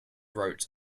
wrote